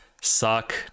suck